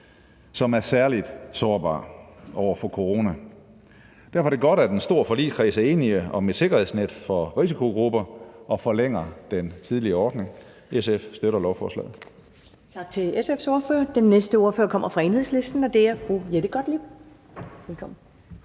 som er særlig sårbare over for corona. Derfor er det godt, at en stor forligskreds er enige om et sikkerhedsnet for risikogrupper og forlænger den tidligere ordning. SF støtter lovforslaget.